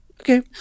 okay